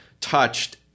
touched –